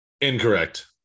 Incorrect